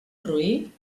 roí